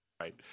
Right